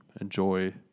enjoy